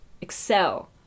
excel